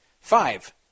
Five